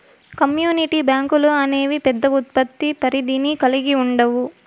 community బ్యాంకులు అనేవి పెద్ద ఉత్పత్తి పరిధిని కల్గి ఉండవు